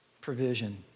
provision